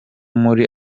muri